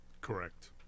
Correct